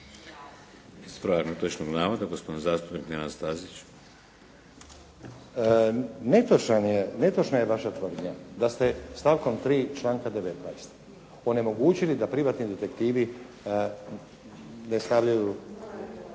Ispravak netočnog navoda, gospodin zastupnik Nenad Stazić. **Stazić, Nenad (SDP)** Netočna je vaša tvrdnja da ste stavkom 3. članka 19. onemogućili da privatni detektivi ne stavljaju,